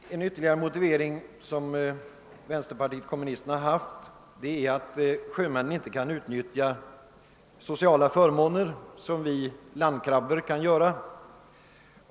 En motivering som vänsterpartiet kommunisterna anfört för sin motion är att sjömännen inte kan utnyttja sociala förmåner i samma utsträckning som vi landkrabbor kan göra.